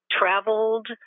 traveled